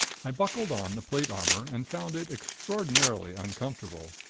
i buckled on the plate armor, and found it extraordinarily uncomfortable,